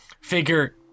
figure